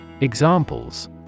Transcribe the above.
Examples